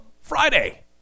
Friday